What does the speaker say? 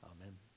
Amen